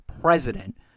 president